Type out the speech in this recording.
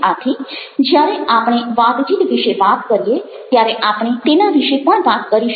આથી જ્યારે આપણે વાતચીત વિશે વાત કરીએ ત્યારે આપણે તેના વિશે પણ વાત કરીશું